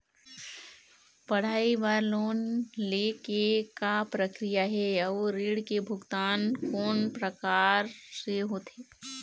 पढ़ई बर लोन ले के का प्रक्रिया हे, अउ ऋण के भुगतान कोन प्रकार से होथे?